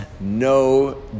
no